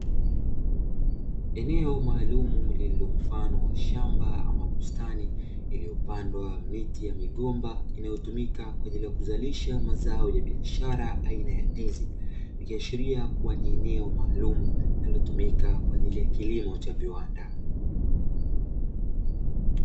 Eneo maalumu lililo mfano wa shamba ama bustani iliyopandwa miti ya migomba inayotumika kwa ajili ya kuzalisha mazao ya biashara aina ya ndizi ikiashiria kuwa ni eneo maalumu linalotumika kwa ajili ya kilimo cha viwanda.